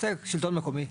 מייצג שלטון מקומי.